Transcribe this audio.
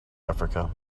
africa